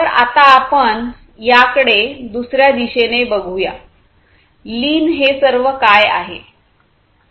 तर आता आपण याकडे दुसर्या दिशेने बघूया लीन हे सर्व काय आहे